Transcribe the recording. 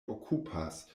okupas